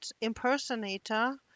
impersonator